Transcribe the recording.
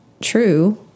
true